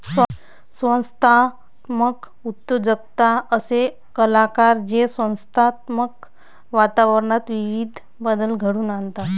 संस्थात्मक उद्योजकता असे कलाकार जे संस्थात्मक वातावरणात विविध बदल घडवून आणतात